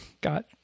got